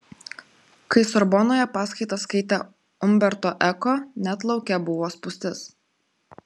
kai sorbonoje paskaitas skaitė umberto eko net lauke buvo spūstis